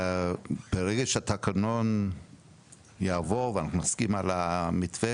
ברגע שהתקנון יעבור ואנחנו נסכים על המתווה